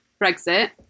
Brexit